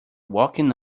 walking